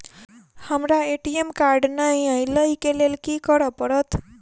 हमरा ATM card नै अई लई केँ लेल की करऽ पड़त?